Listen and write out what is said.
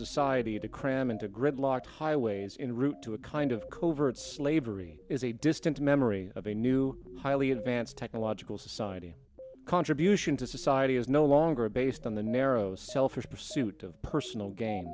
society to cram into gridlock highways in route to a kind of covert slavery is a distant memory of a new highly advanced technological society contribution to society is no longer based on the narrow selfish pursuit of personal gain